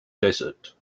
desert